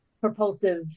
propulsive